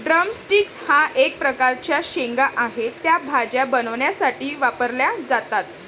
drum sticks हा एक प्रकारचा शेंगा आहे, त्या भाज्या बनवण्यासाठी वापरल्या जातात